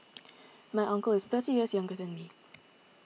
my uncle is thirty years younger than me